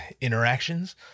interactions